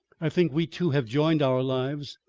i think we two have joined our lives.